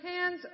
hands